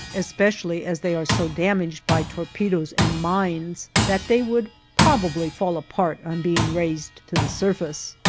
especially as they are so damaged by torpedoes and mines that they would probably fall apart on being raised to the surface.